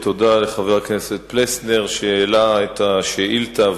תודה לחבר הכנסת פלסנר, שהעלה את השאילתא.